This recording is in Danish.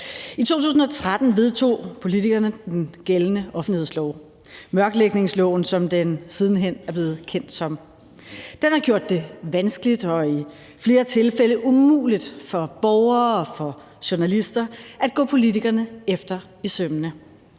I 2013 vedtog politikerne den gældende offentlighedslov – mørklægningsloven, som den siden hen er blevet kendt som. Den har gjort det vanskeligt og i flere tilfælde umuligt for borgere og for journalister at gå politikerne efter i sømmene.